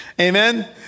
amen